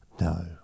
no